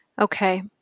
Okay